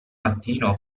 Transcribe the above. mattino